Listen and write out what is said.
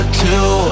two